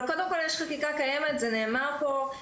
אבל קודם כול יש חקיקה קיימת, כמו שנאמר פה.